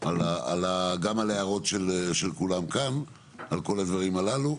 גם על ההערות של כולם כאן על כל הדברים הללו,